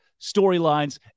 storylines